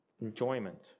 enjoyment